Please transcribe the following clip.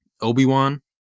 Obi-Wan